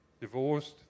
Divorced